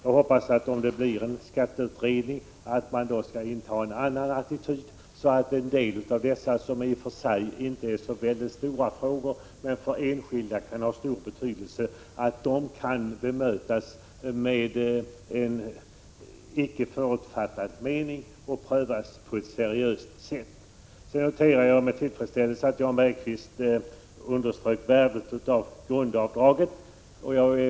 Jag hoppas att man skall inta en annan attityd om det blir en skatteutredning, så att en del av dessa frågor kan bemötas med en icke förutfattad mening och prövas på ett seriöst sätt. De är i och för sig inte så stora, men för enskilda kan de ha stor betydelse. Jag noterar med tillfredställelse att Jan Bergqvist underströk värdet av grundavdraget.